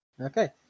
Okay